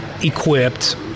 equipped